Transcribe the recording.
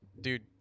Dude